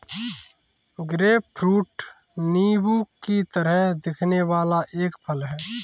grapefruit नींबू की तरह दिखने वाला एक फल है